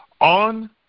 on